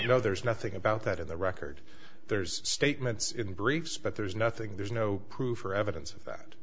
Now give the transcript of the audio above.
you know there's nothing about that in the record there's statements in briefs but there's nothing there's no proof or evidence of that